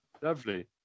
Lovely